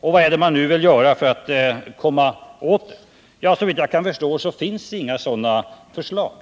och vad vill man nu göra för att komma åt det? Såvitt jag kan förstå finns det inga sådana förslag.